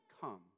come